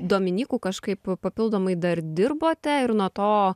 dominyku kažkaip papildomai dar dirbote ir nuo to